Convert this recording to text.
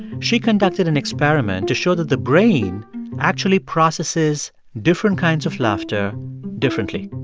she conducted an experiment to show that the brain actually processes different kinds of laughter differently.